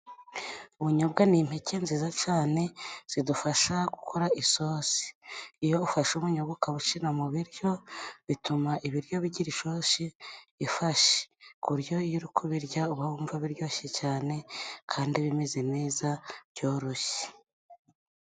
Ubunyobwa ni impeke nziza cyane, zidufasha gukora isosi. Iyo ufashe ubunyobwa ukabushira mu biryo, bituma ibiryo bigira isosi ifashe. Ku buryo iyo uri kubirya uba wumva biryoshye cyane, kandi bimeze neza byoroshye.